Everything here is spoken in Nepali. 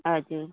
हजुर